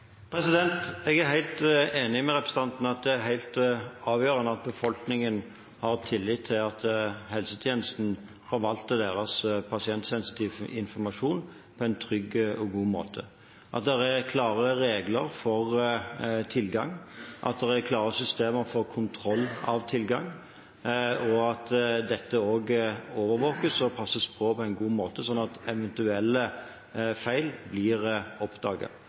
Jeg er helt enig med representanten i at det er helt avgjørende at befolkningen har tillit til at helsetjenesten forvalter deres pasientsensitive informasjon på en trygg og god måte, at det er klare regler for tilgang og klare systemer for kontroll av tilgang, og at dette overvåkes og passes på på en god måte, slik at eventuelle feil blir